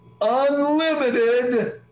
unlimited